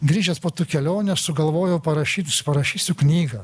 grįžęs po kelionės sugalvojau parašyt parašysiu knygą